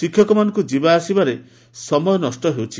ଶିକ୍ଷକମାନଙ୍କୁ ଯିବା ଆସିବାରେ ସମୟ ନଷ ହେଉଛି